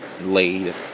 laid